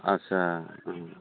आदसा ओम